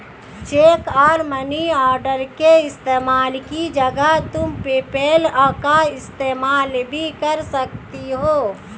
check और money order के इस्तेमाल की जगह तुम पेपैल का इस्तेमाल भी कर सकती हो